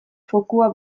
fokua